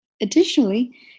Additionally